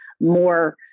more